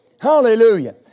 Hallelujah